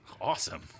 Awesome